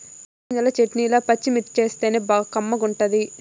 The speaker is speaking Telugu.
చెనగ్గింజల చెట్నీల పచ్చిమిర్చేస్తేనే కమ్మగుంటది